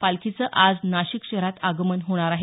पालखीचं आज नाशिक शहरात आगमन होणार आहे